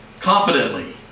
confidently